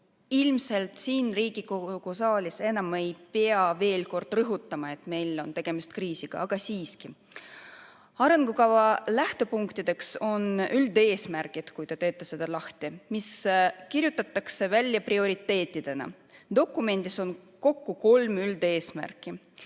ei pea siin Riigikogu saalis enam veel kord rõhutama, et meil on tegemist kriisiga, aga siiski. Arengukava lähtepunktideks on üldeesmärgid (kui te teete selle lahti), mis kirjutatakse välja prioriteetidena. Dokumendis on kokku kolm üldeesmärki.